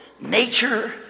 nature